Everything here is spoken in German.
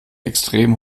extrem